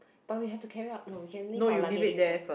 but we have to carry out no we can leave our luggage with them